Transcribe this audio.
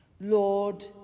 Lord